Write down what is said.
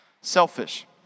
Selfish